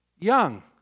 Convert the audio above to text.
Young